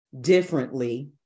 differently